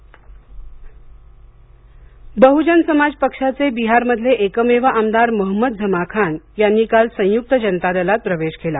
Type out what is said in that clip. बिहार बसप बहुजन समाज पक्षाचे बिहारमधील एकमेव आमदार महंमद झमा खान यांनी काल संयुक्त जनता दलात प्रवेश केला